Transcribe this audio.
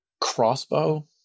Crossbow